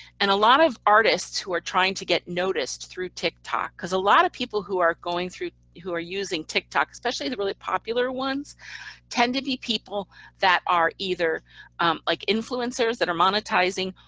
and a lot of artists who are trying to get noticed through tiktok cause a lot of people who are going through who are using tiktok especially the really popular ones tend to be people that are either like influencers that are monetizing,